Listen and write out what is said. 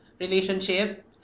Relationship